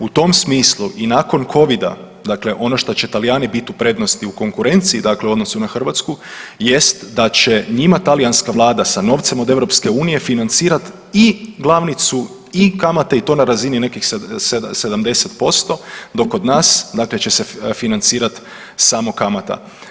U tom smislu i nakon covida, dakle ono šta će Talijani bit u prednosti u konkurenciji dakle u odnosu na Hrvatsku jest da će njima talijanska vlada sa novcem od EU financirat i glavnicu i kamate i to na razini nekih 70% dok kod nas dakle će se financirat samo kamata.